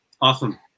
awesome